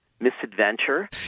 misadventure